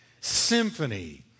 Symphony